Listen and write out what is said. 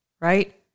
right